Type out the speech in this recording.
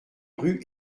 rue